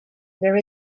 there